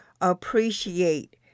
appreciate